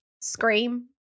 scream